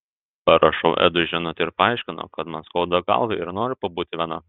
parašau edui žinutę ir paaiškinu kad man skauda galvą ir noriu pabūti viena